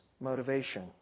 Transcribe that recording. motivation